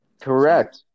Correct